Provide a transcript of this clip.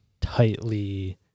tightly